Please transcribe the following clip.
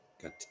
got